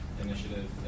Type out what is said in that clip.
initiative